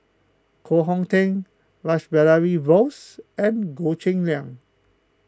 Koh Hong Teng Rash Behari Bose and Goh Cheng Liang